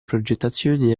progettazione